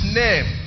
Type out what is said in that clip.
name